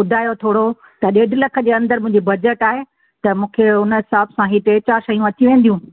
ॿुधायो थोरो त ॾेढु लखु जे अंदरि मुंहिंजी बजट आहे त मूंखे उन हिसाब सां हीअ टे चारि शयूं अची वेंदियूं